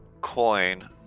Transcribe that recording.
coin